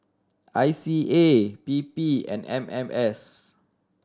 I C A P P and M M S